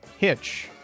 Hitch